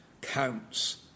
counts